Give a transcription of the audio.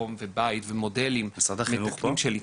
אני חושב שמסגרות וגבולות ואהבה וחום ובית ומודלים מתקנים של התנהגות,